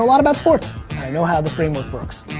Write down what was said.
about sports, and i know how the framework works.